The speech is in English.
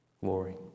glory